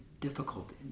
difficult